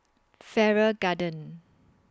Farrer Garden